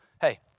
hey